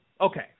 Okay